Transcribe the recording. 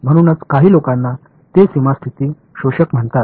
म्हणूनच काही लोकांना ते सीमा स्थिती शोषक म्हणतात